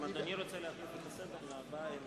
אם אדוני רוצה להחליף את הסדר, להצעה הבאה אין